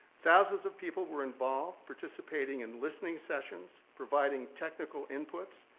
thousands of people were involved, participating in listening sessions, providing technical inputs,